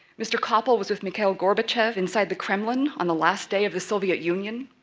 mr. koppel was with mikhail gorbachev inside the kremlin on the last day of the soviet union.